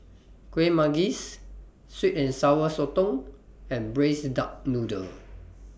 Kuih Manggis Sweet and Sour Sotong and Braised Duck Noodle